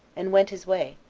and went his way,